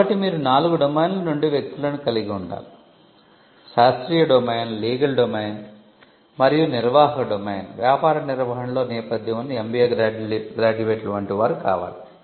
కాబట్టి మీరు నాలుగు డొమైన్ల నుండి వ్యక్తులను కలిగి ఉండాలి శాస్త్రీయ డొమైన్ లీగల్ డొమైన్ మరియు నిర్వాహక డొమైన్ వ్యాపార నిర్వహణలో నేపథ్యం ఉన్న MBA గ్రాడ్యుయేట్లు లాంటి వారు కావాలి